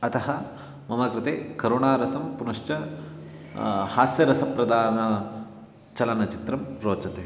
अतः मम कृते करुणारसं पुनश्च हास्यरसं प्रधानचलनचित्रं रोचते